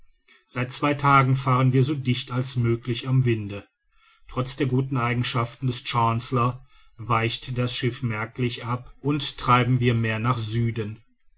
seit zwei tagen fahren wir so dicht als möglich am winde trotz der guten eigenschaften des chancellor weicht das schiff merklich ab und treiben wir mehr nach süden